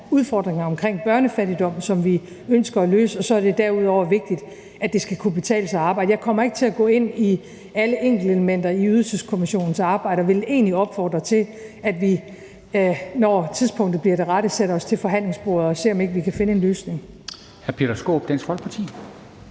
udfordringer med hensyn til børnefattigdom, som vi ønsker at løse, og så er det derudover vigtigt, at det skal kunne betale sig at arbejde. Jeg kommer ikke til at gå ind i alle enkeltelementer i Ydelseskommissionens arbejde og vil egentlig opfordre til, at vi, når tidspunktet bliver det rette, sætter os til forhandlingsbordet og ser, om vi ikke kan finde en løsning. Kl. 23:38 Formanden (Henrik